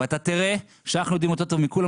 ואתה תראה שאנחנו יודעים יותר טוב מכולם,